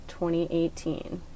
2018